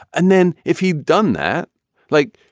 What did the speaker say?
and then if he'd done that like.